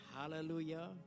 Hallelujah